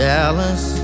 Dallas